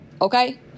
okay